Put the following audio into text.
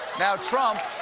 now trump